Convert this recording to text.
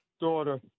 daughter